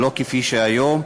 ולא כפי שקיים היום,